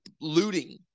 looting